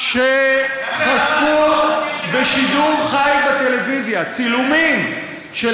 שחשפו בשידור חי בטלוויזיה צילומים של